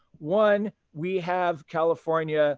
one, we have california